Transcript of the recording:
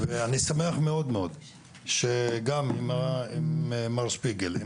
אני שמח מאוד מאוד שעם מר שפיגלר,